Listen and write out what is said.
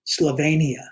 Slovenia